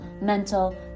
mental